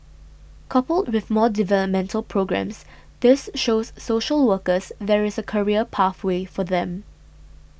coupled with more developmental programmes this shows social workers there is a career pathway for them